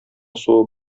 суы